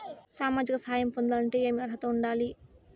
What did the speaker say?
సామాజిక సహాయం పొందాలంటే ఏమి అర్హత ఉండాలి?